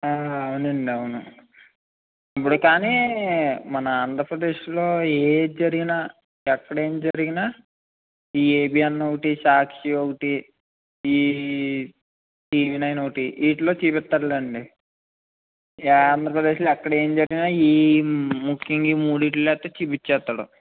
అవునండి అవును ఇప్పుడు కాని మన ఆంధ్రప్రదేశ్లో ఏది జరిగినా ఎక్కడ ఏమి జరిగినా ఈ ఏబీఎన్ ఒకటి సాక్షి ఒకటి ఈ టీవీ నైన్ ఒకటి వీటిలో చూపితస్తారులెండి ఆంధ్రప్రదేశ్లో ఎక్కడ ఎం జరిగినా ముఖ్యంగా ఈ మూడిట్లో అయితే చూపించేస్తాడు